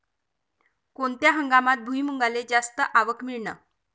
कोनत्या हंगामात भुईमुंगाले जास्त आवक मिळन?